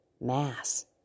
mass